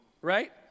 right